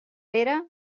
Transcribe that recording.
pere